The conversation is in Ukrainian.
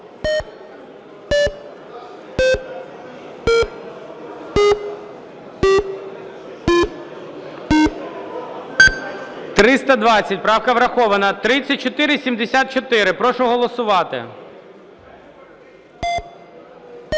320 – правка врахована. 3476. Прошу голосувати.